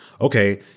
Okay